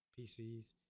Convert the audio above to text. PCs